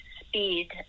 speed